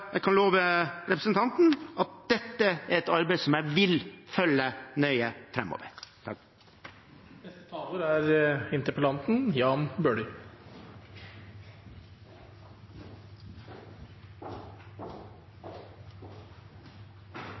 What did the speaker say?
Jeg kan love representanten at dette er et arbeid som jeg vil følge nøye framover. Jeg takker for svaret fra statsråden. Jeg er